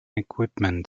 equipment